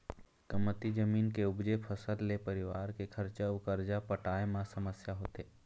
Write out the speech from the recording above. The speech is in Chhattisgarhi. कमती जमीन के उपजे फसल ले परिवार के खरचा अउ करजा पटाए म समस्या होथे